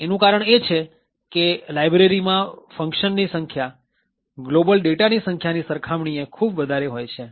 એનું કારણ એ છે કે લાયબ્રેરી માં ફંકશનની સંખ્યા ગ્લોબલ ડેટાની સંખ્યાની સરખામણીએ ખૂબ વધારે હોય છે